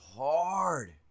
hard